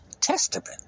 Testament